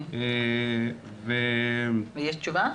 ויש תשובה?